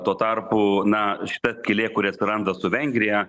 tuo tarpu na šita skylė kuri atsiranda su vengrija